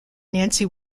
nancy